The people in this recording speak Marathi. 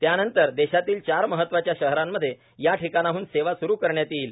त्यानंतर देशातील चार महत्वाच्या शहरामध्ये याठिकाणहन सेवा सुरू करण्यात येईल